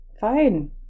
Fine